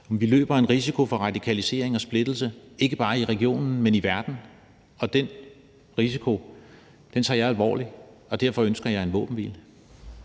Vi løber en risiko for radikalisering og splittelse, ikke bare i regionen, men i verden. Og den risiko tager jeg alvorligt, og derfor ønsker jeg en våbenhvile.